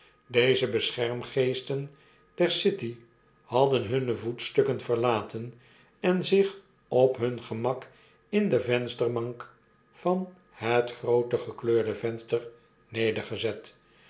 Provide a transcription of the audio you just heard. deze beschermgeesten der city hadden hunne voetstukken verlaten en zich op hun gemak in de vensterbank van het groote gekleurde venster nedergezet